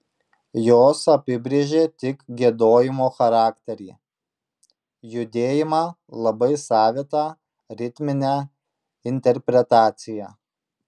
jos apibrėžė tik giedojimo charakterį judėjimą labai savitą ritminę interpretaciją